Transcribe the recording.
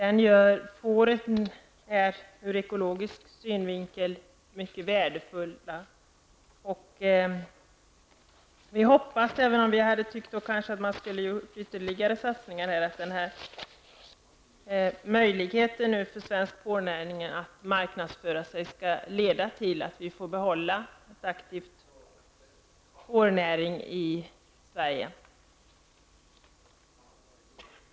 Fåren är ur ekologisk synvinkel mycket värdefulla. Även om vi hade tyckt att man borde ha gjort ytterligare satsningar, tycker vi att möjligheten för svensk fårnäring att marknadsföra sig nu kan leda till att vi får behålla en aktiv fårhållning i Sverige.